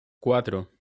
cuatro